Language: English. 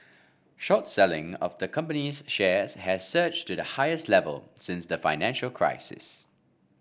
short selling of the company's shares has surged to the highest level since the financial crisis